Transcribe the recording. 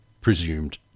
presumed